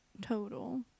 total